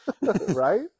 Right